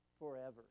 forever